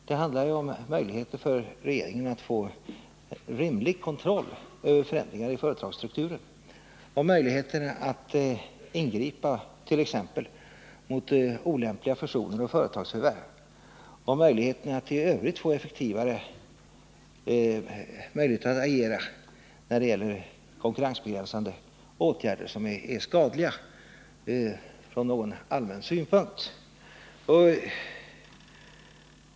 Det handlar ju om möjligheter för regeringen att få rimlig kontroll över förändringar i företagsstrukturen, om möjligheter att ingripa mot t.ex. olämpliga fusioner och företagsförvärv och om möjligheterna att i övrigt kunna agera när det gäller konkurrensbegränsande åtgärder, som är skadliga från någon allmän synpunkt.